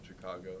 Chicago